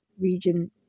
region